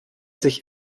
sich